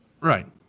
Right